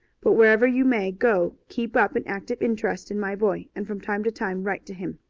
but wherever you may go keep up an active interest in my boy, and from time to time write to him.